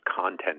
content